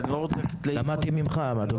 למדתי ממך, מהטוב ביותר.